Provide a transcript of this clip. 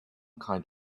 kind